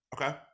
okay